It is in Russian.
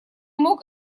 мог